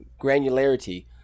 granularity